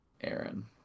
Aaron